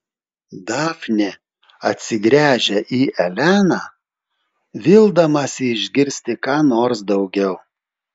dafnė atsigręžia į eleną vildamasi išgirsti ką nors daugiau